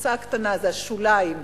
הקבוצה הקטנה, זה השוליים.